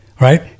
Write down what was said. right